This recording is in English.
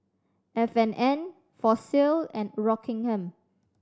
F and N Fossil and Rockingham